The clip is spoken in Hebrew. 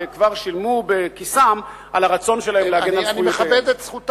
וכבר שילמו בכיסם על הרצון שלהם להגן על זכויותיהם.